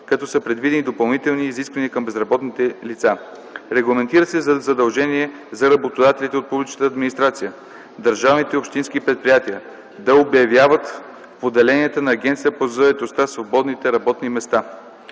като са предвидени и допълнителни изисквания към безработните лица. Регламентира се задължение за работодателите от публичната администрация, държавните и общинските предприятия да обявяват в поделенията на Агенцията по заетостта свободните работни места.